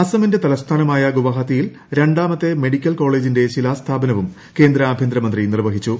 അസ്ട്രമിന്റെ തലസ്ഥാനമായ ഗുവാഹത്തിയിൽ രണ്ടാമത്ത്ത് മെഡിക്കൽ കോളേജിന്റെ ശിലാസ്ഥാപനവും കേന്ദ്രി ആ്ട്യന്തരമന്ത്രി നിർവഹിച്ചു